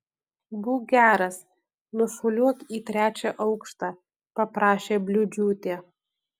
būk geras nušuoliuok į trečią aukštą paprašė bliūdžiūtė